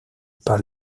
par